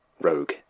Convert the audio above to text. rogue